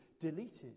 deleted